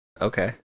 Okay